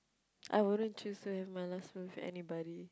I wouldn't choose to have my last meal with anybody